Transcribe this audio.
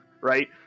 right